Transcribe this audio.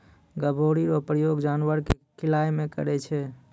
गभोरी रो प्रयोग जानवर के खिलाय मे करै छै